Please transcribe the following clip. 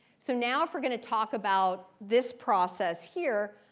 so now, if we're going to talk about this process here,